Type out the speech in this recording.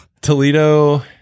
Toledo